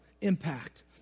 impact